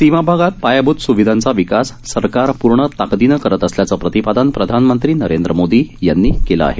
सीमाभागात पायाभूत सुविधांचा विकास सरकार पूर्ण ताकदीनं करत असल्याचं प्रतिपादन प्रधानमंत्री नरेंद्र मोदी यांनी केलं आहे